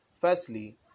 Firstly